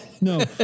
No